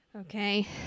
Okay